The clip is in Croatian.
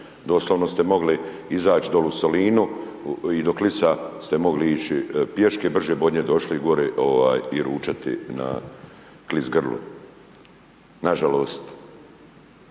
doslovno ste mogli izaći dole u Solinu i do Klisa ste mogli ići, pješke brže bi do nje došli gore, i ručati na Klis grlu, nažalost,